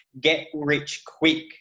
get-rich-quick